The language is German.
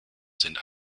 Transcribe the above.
sind